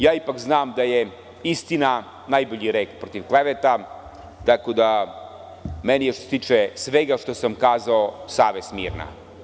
Ja ipak znam da je istina najbolji lek protiv kleveta, tako da je meni što se tiče svega što sam kazao savest mirna.